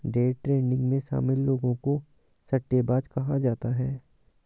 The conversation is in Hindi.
डे ट्रेडिंग में शामिल लोगों को सट्टेबाज कहा जाता है